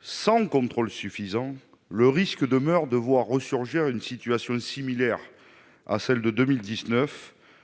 sans contrôle suffisant, le risque demeure de voir ressurgir une situation similaire à celle de 2019,